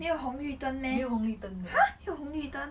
没有红绿灯 meh !huh! 有红绿灯